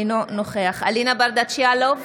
אינו נוכח אלינה ברדץ' יאלוב,